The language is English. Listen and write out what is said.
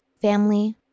family